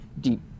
deep